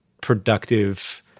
productive